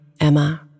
Emma